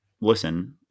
listen